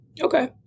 okay